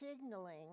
signaling